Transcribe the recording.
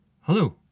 Hello